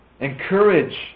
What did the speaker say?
Encourage